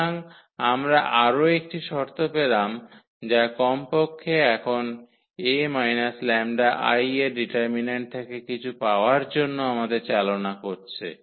সুতরাং আমরা আরও একটি শর্ত পেলাম যা কমপক্ষে এখন 𝐴 − 𝜆𝐼 এর ডিটারমিন্যান্ট থেকে কিছু পাওয়ার জন্য আমাদের চালনা করছে